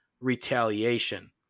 retaliation